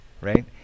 right